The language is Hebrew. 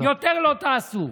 יותר לא תעשו.